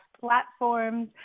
platforms